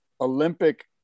Olympic